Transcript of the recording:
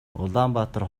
улаанбаатар